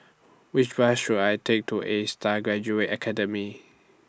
Which Bus should I Take to A STAR Graduate Academy